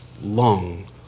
long